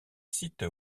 sites